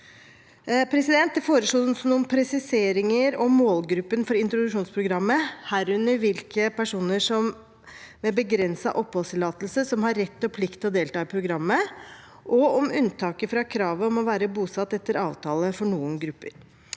Det foreslås noen presiseringer om målgruppen for introduksjonsprogrammet, herunder hvilke personer med begrenset oppholdstillatelse som har rett og plikt til å delta i programmet, og om unntaket fra kravet om å være bosatt etter avtale for noen grupper.